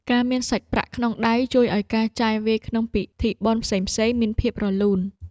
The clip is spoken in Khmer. ការមានសាច់ប្រាក់ក្នុងដៃ ជួយឱ្យការចាយវាយក្នុងពិធីបុណ្យផ្សេងៗមានភាពរលូន។